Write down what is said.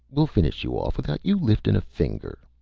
we'll finish you off without you liftin' a finger!